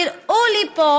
תראו לי פה